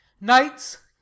Knights